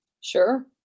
Sure